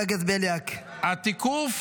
התיקוף